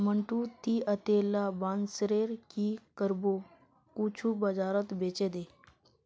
मंटू, ती अतेला बांसेर की करबो कुछू बाजारत बेछे दे